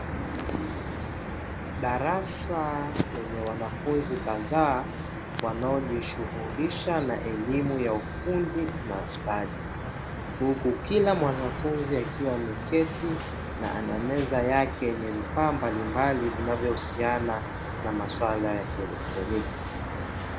Darasa lenye wanafunzi kadhaa , wanaojishughulisha na elimu ya ufundi na stadi, huku kila mwanafunzi akiwa ameketi na ana meza yake ya vifaa mbalimbali, vinavyohusiana na masuala ya kieletroniki.